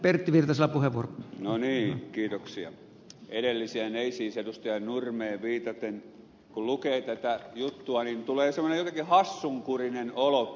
kun lukee tätä juttua niin kiitoksia edellisiä ei siis edusta ja normeja viitaten kulkee tätä juttuani tulee semmoinen jotenkin hassunkurinen olo